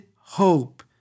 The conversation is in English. hope